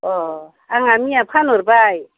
अह आंहा मैया फानहरबाय